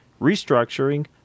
restructuring